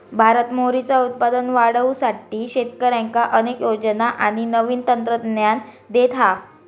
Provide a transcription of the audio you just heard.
भारत मोहरीचा उत्पादन वाढवुसाठी शेतकऱ्यांका अनेक योजना आणि नवीन तंत्रज्ञान देता हा